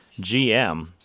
GM